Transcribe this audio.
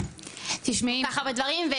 כך הרבה דברים,